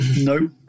nope